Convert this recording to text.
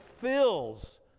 fills